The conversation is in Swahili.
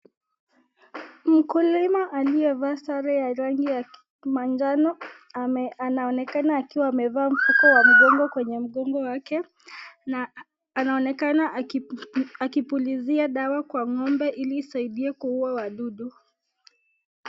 Mkulima aliyevaa sare ya rangi ya manjano anaonekana akiwa amevaa mfuko wa mgongo kwenye mgogo wake na anaonekana akipulizia dawa kwa ng'ombe ili isaidie kuuwa wadudu.